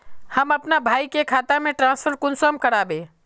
हम अपना भाई के खाता में ट्रांसफर कुंसम कारबे?